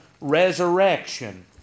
resurrection